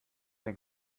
den